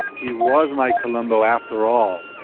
he was my columbo after all.